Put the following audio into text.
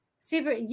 Super